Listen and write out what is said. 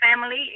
family